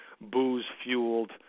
booze-fueled